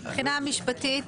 מבחינה משפטית